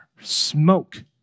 smoke